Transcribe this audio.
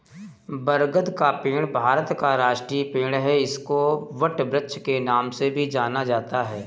बरगद का पेड़ भारत का राष्ट्रीय पेड़ है इसको वटवृक्ष के नाम से भी जाना जाता है